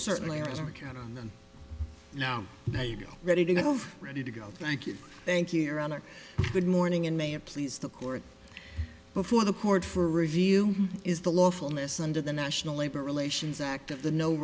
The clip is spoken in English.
certainly or account on them now now you ready to go ready to go thank you thank you your honor good morning and may it please the court before the court for review is the lawfulness under the national labor relations act of the no